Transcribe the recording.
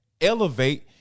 elevate